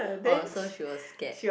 orh so she was scared